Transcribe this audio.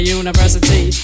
university